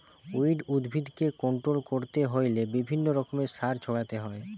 weed উদ্ভিদকে control করতে হইলে বিভিন্ন রকমের সার ছড়াতে হয়